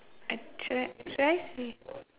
I should I should I say